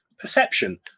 perception